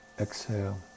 Exhale